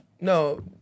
No